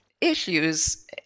issues